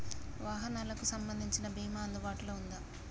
వాహనాలకు సంబంధించిన బీమా అందుబాటులో ఉందా?